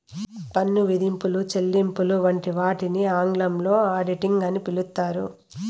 పన్ను విధింపులు, చెల్లింపులు వంటి వాటిని ఆంగ్లంలో ఆడిటింగ్ అని పిలుత్తారు